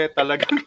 talaga